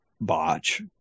botch